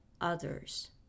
others